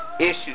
issues